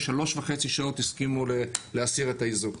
שלוש וחצי שעות הסכימו להסיר את האיזוק.